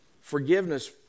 forgiveness